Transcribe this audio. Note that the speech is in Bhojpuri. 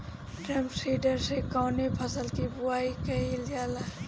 ड्रम सीडर से कवने फसल कि बुआई कयील जाला?